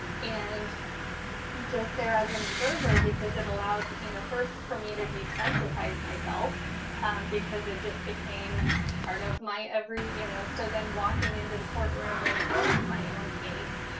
and just there as an observer because it allowed, but you know first for me to desensitize myself because it just became part of my every. you know so then walking into the courtroom when it was my own case,